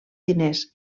diners